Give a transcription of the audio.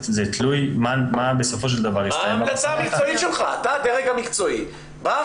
זה תלוי מה בסופו של דבר יסתיים במשא ומתן.